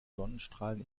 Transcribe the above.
sonnenstrahlen